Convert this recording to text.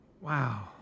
Wow